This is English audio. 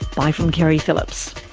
bye from keri phillips